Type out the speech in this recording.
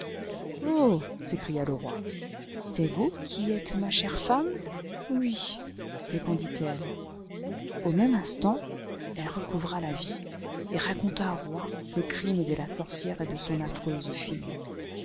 oh s'écria le roi c'est vous qui êtes ma clicre femme oui répondit-elle au même instant elle recouvra la vie et raconta au roi le crime de la sorcière et de son affreuse